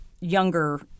younger